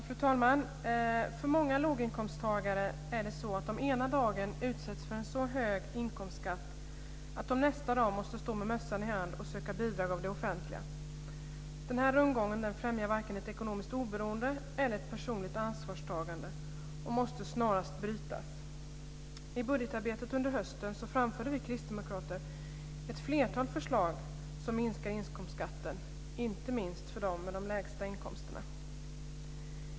Fru talman! För många låginkomsttagare är det så att de ena dagen utsättas för en så hög inkomstskatt att de nästa dag måste stå med mössan i hand och söka bidrag av det offentliga. Denna rundgång främjar varken ekonomiskt oberoende eller personligt ansvarstagande och måste snarast brytas. I budgetarbetet under hösten framförde vi kristdemokrater ett flertal förslag som minskar inkomstskatten - inte minst för dem med de lägsta inkomster.